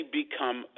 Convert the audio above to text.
become